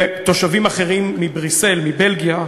ובתושבים אחרים בבריסל, בבלגיה,